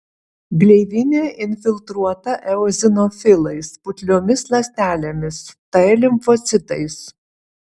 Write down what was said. gleivinė infiltruota eozinofilais putliomis ląstelėmis t limfocitais